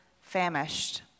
famished